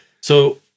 So-